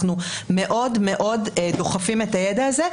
אנחנו מאוד מאוד דוחפים את הידע הזה,